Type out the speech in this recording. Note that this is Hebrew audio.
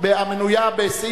המנויה במס'